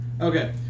Okay